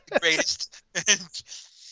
greatest